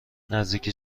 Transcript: نزدیک